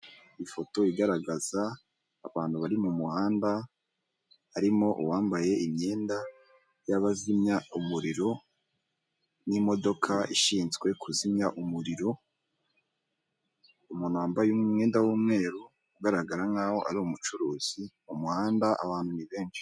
Ifoto igaragaza abantu bari mu muhanda harimo uwambaye imyenda y'abazimya umuriro n'imodoka ishinzwe kuzimya umuriro, umuntu wambaye umwenda w'umweru ugaragara nkaho ari umucuruzi, mu muhanda abantu ni benshi.